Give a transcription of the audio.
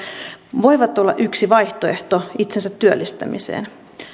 voivat olla yksi vaihtoehto itsensätyöllistämiseen